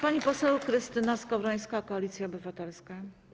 Pani poseł Krystyna Skowrońska, Koalicja Obywatelska.